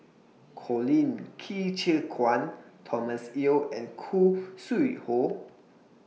Colin Qi Zhe Quan Thomas Yeo and Khoo Sui Hoe